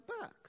back